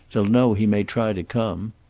they'll know he may try to come.